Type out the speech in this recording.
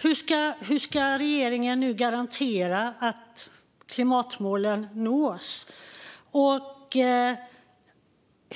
Hur ska regeringen nu garantera att klimatmålen nås? Och